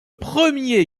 premier